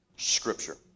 Scripture